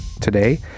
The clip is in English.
today